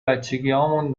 بچگیهامون